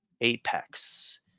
Apex